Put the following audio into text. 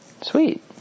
Sweet